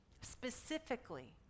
specifically